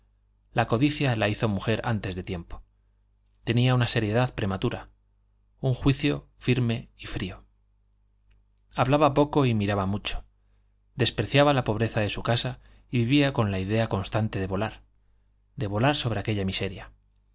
la codicia la hizo mujer antes de tiempo tenía una seriedad prematura un juicio firme y frío hablaba poco y miraba mucho despreciaba la pobreza de su casa y vivía con la idea constante de volar de volar sobre aquella miseria